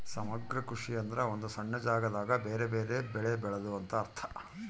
ಸಮಗ್ರ ಕೃಷಿ ಎಂದ್ರ ಒಂದು ಸಣ್ಣ ಜಾಗದಾಗ ಬೆರೆ ಬೆರೆ ಬೆಳೆ ಬೆಳೆದು ಅಂತ ಅರ್ಥ